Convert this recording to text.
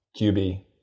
QB